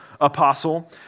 apostle